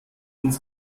uns